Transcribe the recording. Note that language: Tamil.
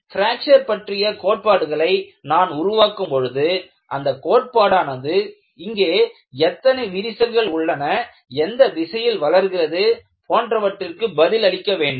பிராக்சர் பற்றிய கோட்பாடுகளை நான் உருவாக்கும் பொழுது அந்த கோட்பாடானது இங்கே எத்தனை விரிசல்கள் உள்ளன எந்த திசையில் வளர்கின்றது போன்றவற்றிற்கு பதில் அளிக்க வேண்டும்